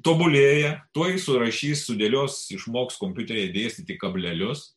tobulėja tuoj surašys sudėlios išmoks kompiuteryje dėstyti kablelius